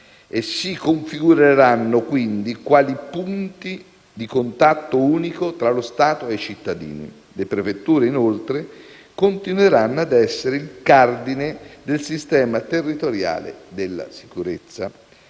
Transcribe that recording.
e si configureranno, quindi, quali punti di contatto unico tra lo Stato e i cittadini. Le prefetture, inoltre, continueranno ad essere il cardine del sistema territoriale della sicurezza.